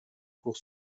pour